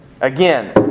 again